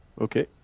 Okay